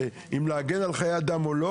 אם להגן על חיי אדם או לא